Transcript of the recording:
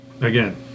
again